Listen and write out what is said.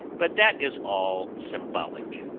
but that is all symbolic